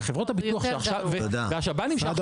וחברות הביטוח והשב"נים שעכשיו צוחקים.